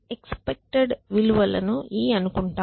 expected విలువలు ని E అనుకుంటున్నాం